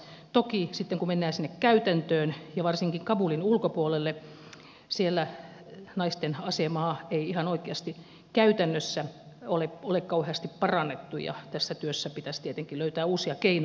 toki sitten kun mennään sinne käytäntöön ja varsinkin kabulin ulkopuolelle siellä naisten asemaa ei ihan oikeasti käytännössä ole kauheasti parannettu ja tässä työssä pitäisi tietenkin löytää uusia keinoja